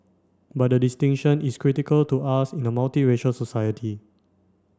but the distinction is critical to us in a multiracial society